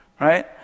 Right